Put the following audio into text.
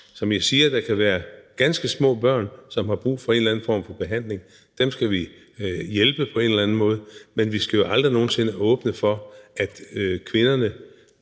Som jeg siger, kan der være ganske små børn, som har brug for en eller anden form for behandling, og dem skal vi hjælpe på en eller anden måde. Men vi skal jo aldrig nogen sinde åbne for, at kvinderne